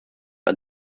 are